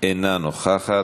אינה נוכחת,